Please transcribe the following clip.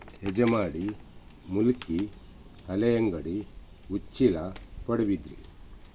Hejamadi Mulki Haleyangadi Uchila Padubidri